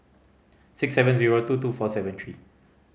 six seven zero two two four seven three